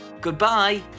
Goodbye